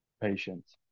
patience